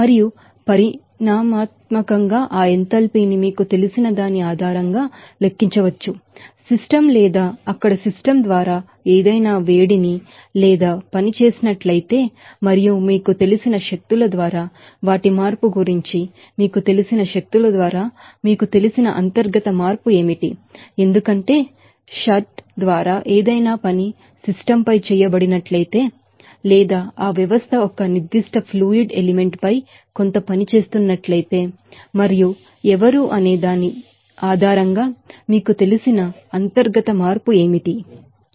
మరియు పరిమాణాత్మకంగా ఆ ఎంథాల్పీని మీకు తెలిసిన దాని ఆధారంగా లెక్కించవచ్చు సిస్టమ్ లేదా అక్కడ సిస్టమ్ ద్వారా ఏదైనా వేడిమి లేదా పని చేసినట్లయితే మరియు మీకు తెలిసిన శక్తుల ద్వారా వాటి మార్పు గురించి మీకు తెలిసిన శక్తుల ద్వారా మీకు తెలిసిన అంతర్గతమార్పు ఏమిటి ఎందుకంటే షాఫ్ట్ ద్వారా ఏదైనా పని సిస్టమ్ పై చేయబడినట్లయితే లేదా ఆ వ్యవస్థ ఒక నిర్ధిష్ట ఫ్లూయిడ్ ఎలిమెంట్ పై కొంత పని చేస్తున్నట్లయితే మరియు ఎవరు అనే దాని ఆధారంగా మీకు తెలిసిన అంతర్గత మార్పు Interna changeఇంటర్నల్ చేంజ్ ఏమిటి